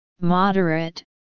moderate